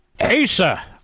Asa